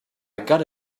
gotta